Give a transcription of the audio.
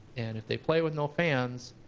and if they play with no fans,